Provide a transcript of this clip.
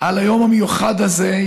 על היום המיוחד הזה,